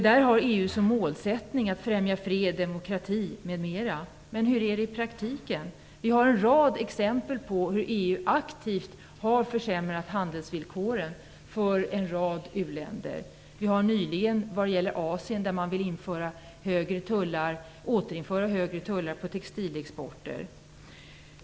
Där har EU som målsättning att främja fred, demokrati, m.m., men hur är det i praktiken? Det finns en rad exempel på att EU aktivt har försämrat handelsvillkoren för många uländer. Nyligen gällde det Asien, där man vill återinföra högre tullar på textilexporten.